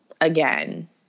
again